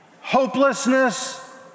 hopelessness